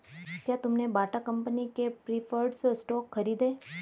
क्या तुमने Bata company के प्रिफर्ड स्टॉक खरीदे?